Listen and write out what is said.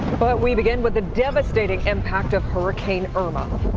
but we begin with the devastating impact of hurricane irma.